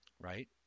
right